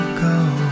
go